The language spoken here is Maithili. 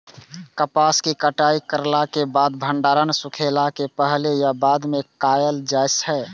कपास के कटाई करला के बाद भंडारण सुखेला के पहले या बाद में कायल जाय छै?